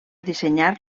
dissenyar